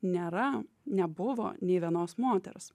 nėra nebuvo nė vienos moters